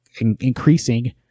increasing